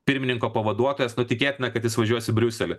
pirmininko pavaduotojas nu tikėtina kad jis važiuos į briuselį